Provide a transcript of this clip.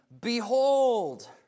behold